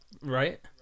Right